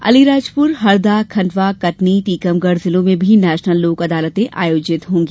अलीराजपुर हरदा खंडवा कटनी टीकमगढ़ जिलों में नेशनल लोक अदालत आयोजित होगी